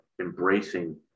embracing